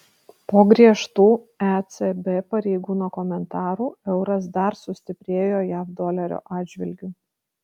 po griežtų ecb pareigūno komentarų euras dar sustiprėjo jav dolerio atžvilgiu